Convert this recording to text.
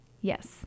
yes